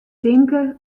tinke